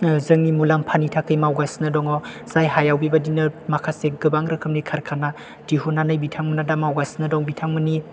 जोंनि मुलाम्फानि थाखाय मावगासिनो दङ जाय हायाव बेबायदिनो माखासे गोबां रोखोमनि कारखाना दिहुननानै बिथांमोना दा मावगासिनो दं बिथांमोननि